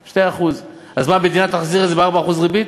2%. אז מה, המדינה תחזיר את זה ב-4% ריבית?